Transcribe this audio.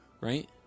Right